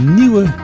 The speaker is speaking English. nieuwe